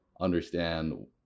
understand